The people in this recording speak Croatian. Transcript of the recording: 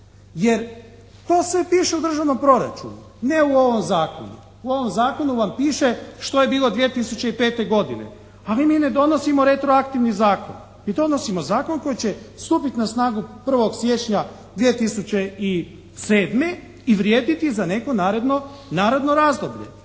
jer to sve piše u državnom proračunu ne u ovom zakonu. U ovom zakonu vam piše što je bilo 2005. godine. Ali mi ne donosimo retroaktivni zakon. Mi donosimo zakon koji će stupiti na snagu 1. siječnja 2007. i vrijediti za neko naredno razdoblje.